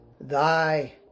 Thy